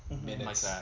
minutes